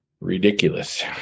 ridiculous